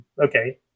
Okay